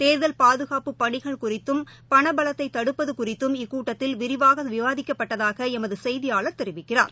தேர்தல் பாதுகாப்பு பணிகள் குறித்தும் பணபலத்தைதடுப்பதுகுறித்தும் இக்கூட்டத்தில் விரிவாகவிவாதிக்கப்பட்டதாகஎமதுசெய்தியாளர் தெரிவிக்கிறார்